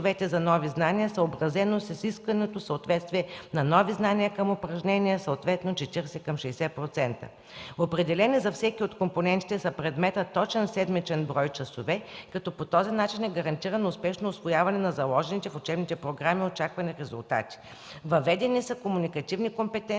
компонентите на предмета точен седмичен брой часове, като по този начин е гарантирано успешно усвояване – заложените в учебните програми очаквани резултати. Въведени са комуникативни компетентности